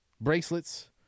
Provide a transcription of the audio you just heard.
bracelets